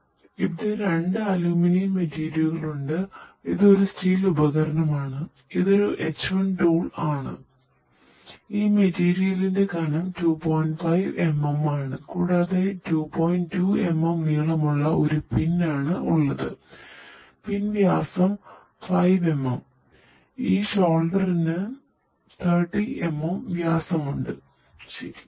അതിനാൽ ഇവിടെ രണ്ട് അലൂമിനിയം30 mm വ്യാസമുണ്ട് ശരി